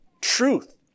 Truth